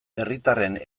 herritarren